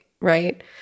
right